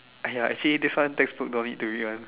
!aiya! actually this one textbook no need to read one